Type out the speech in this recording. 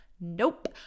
nope